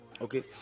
okay